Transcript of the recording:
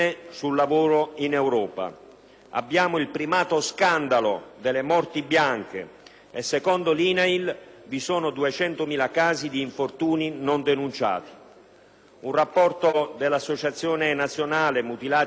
abbiamo il primato scandalo delle morti bianche e, secondo l'INAIL, vi sono 200.000 casi di infortuni non denunciati. Un rapporto dell'Associazione nazionale mutilati e invalidi sul lavoro sottolinea